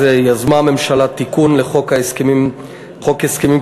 אז יזמה הממשלה תיקון לחוק ההסכמים הקיבוציים